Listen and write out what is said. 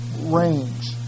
range